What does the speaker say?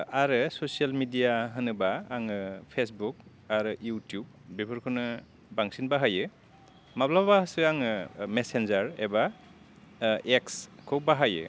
आरो social media होनोबा आङो फेसबुक आरो इउथुब बेफोरखौनो बांसिन बाहायो माब्लाबासो आङो मेसेन्जार एबा एक्सखौ बाहायो